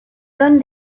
donne